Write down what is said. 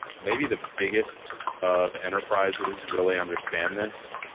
maybe the biggest of enterprises really understand this,